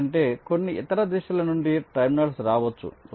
ఎందుకంటే కొన్ని ఇతర దిశల నుండి టెర్మినల్స్ రావచ్చు